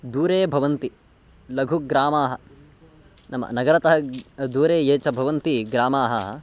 दूरे भवन्ति लघुग्रामाः नाम नगरतः दूरे ये च भवन्ति ग्रामाः